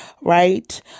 right